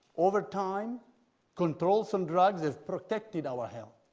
over time controls on drugs has protected our health.